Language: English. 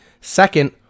second